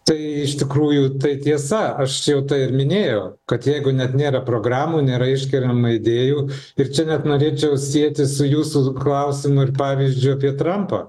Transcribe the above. tai iš tikrųjų tai tiesa aš jau tai ir minėjau kad jeigu net nėra programų nėra iškeliama idėjų ir čia net norėčiau sieti su jūsų klausimu ir pavyzdžiu apie trampą